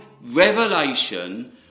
revelation